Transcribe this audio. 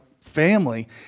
family